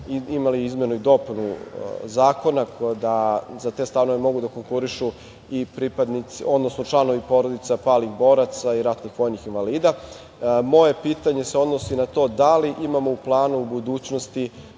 imali izmenu i dopunu zakona, tako da za te stanove mogu da konkurišu i članovi porodica palih boraca i ratnih vojnih invalida. Moje pitanje se odnosi na to da li imamo u planu u budućnosti